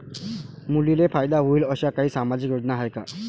मुलींले फायदा होईन अशा काही सामाजिक योजना हाय का?